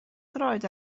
droed